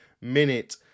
minute